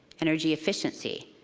energy efficiency.